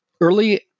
Early